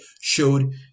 showed